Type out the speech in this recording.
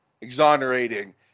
exonerating